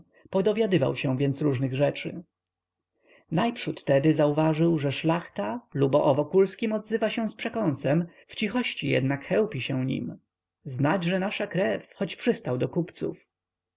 policyą podowiadywał się więc różnych rzeczy najprzód tedy zauważył że szlachta lubo o wokulskim odzywa się z przekąsem jako o dorobkiewiczu i demokracie w cichości jednak chełpi się nim znać że nasza krew choć przystał do kupców